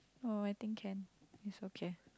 oh I think can is okay